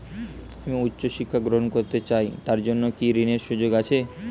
আমি উচ্চ শিক্ষা গ্রহণ করতে চাই তার জন্য কি ঋনের সুযোগ আছে?